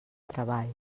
treball